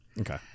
Okay